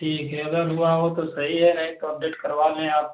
ठीक है अगर हुआ हो तो सही है नहीं तो अपडेट करवा लें आप